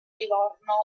livorno